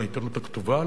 לעיתונות הכתובה,